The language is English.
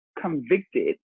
convicted